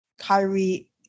Kyrie